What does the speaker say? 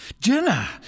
Jenna